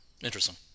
Interesting